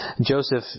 Joseph